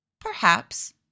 Perhaps